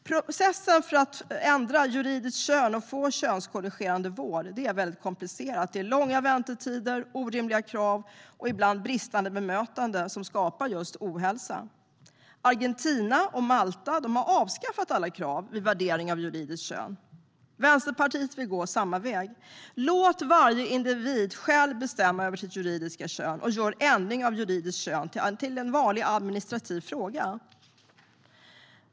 Processen för att ändra juridiskt kön och få könskorrigerande vård är komplicerad. Det är långa väntetider, orimliga krav och ibland bristande bemötande som skapar just ohälsa. Argentina och Malta har avskaffat alla krav vid värdering av juridiskt kön. Vänsterpartiet vill gå samma väg. Låt varje individ själv bestämma över sitt juridiska kön, och gör ändring av juridiskt kön till en vanlig administrativ fråga!